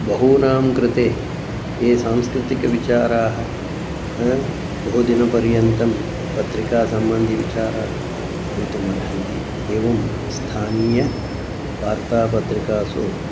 बहूनां कृते ये सांस्कृतिकविचाराः बहुदिनपर्यन्तं पत्रिकासम्बन्धिविचाराः भवितुमर्हन्ति एवं स्थानीय वार्तापत्रिकासु